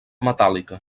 metàl·lica